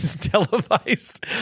televised